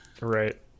Right